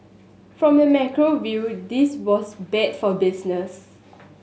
from the macro view this was bad for business